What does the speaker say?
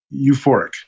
euphoric